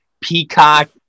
peacock